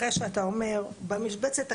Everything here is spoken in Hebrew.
אחרי שאתה אומר במשבצת הקטנה,